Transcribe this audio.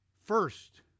first